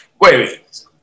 wait